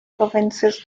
provinces